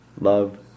love